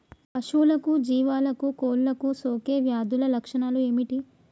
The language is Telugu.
పశువులకు జీవాలకు కోళ్ళకు సోకే వ్యాధుల లక్షణాలు ఏమిటి?